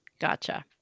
Gotcha